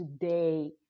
today